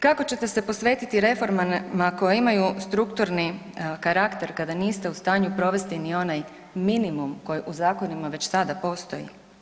Kako ćete se posvetiti reformama koje imaju strukturni karakter kada niste u stanju provesti ni onaj minimum koji u zakonima već sada postoji?